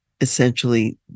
essentially